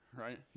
right